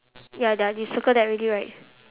ya that you circle that already right